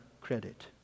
credit